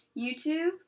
YouTube